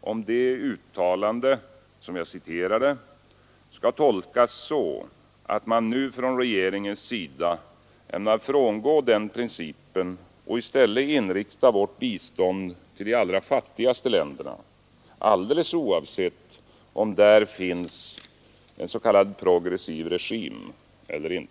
om det uttalande, som jag citerade, skall tolkas så att man nu från regeringens sida ämnar frångå den principen och i stället inrikta vårt bistånd till de allra fattigaste länderna alldeles oavsett om där finns s.k. progressiva regimer eller ej?